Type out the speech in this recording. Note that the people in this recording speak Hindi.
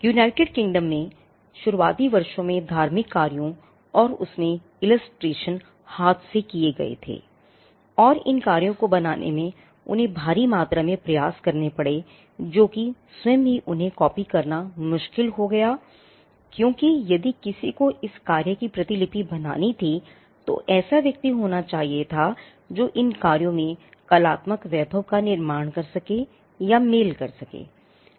यूनाइटेड किंगडम हाथ से किए गए थे और इन कार्यों को बनाने में उन्हें भारी मात्रा में प्रयास करने पड़े जो कि स्वयं ही उन्हें कॉपी करना मुश्किल हो गया क्योंकि यदि किसी को इस कार्य की प्रतिलिपि बनानी थी तो ऐसा व्यक्ति होना चाहिए जो इन कार्यों में कलात्मक वैभव का निर्माण कर सके या मेल कर सके